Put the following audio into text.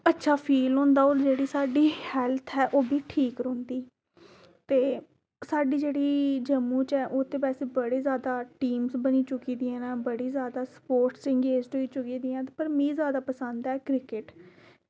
अच्छा फील होंदा होर जेह्ड़ी साढ़ी हेल्थ ऐ ओह्बी ठीक रौहंदी ते साढ़ी जेह्ड़ी जम्मू च ऐ ओह् ते बड़ी जादै टीम बनी चुक्की दी ऐ बड़ी जादै स्पोटर्स च अंगेज्ड होई चुके दे पर मिगी जादै पसंद ऐ क्रिकेट